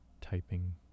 typing